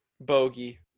bogey